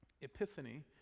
epiphany